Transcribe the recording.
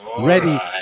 Ready